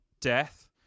death